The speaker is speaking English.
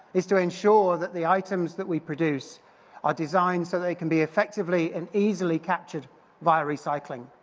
is to ensure that the items that we produce are designed so they can be effectively and easily captured via recycling.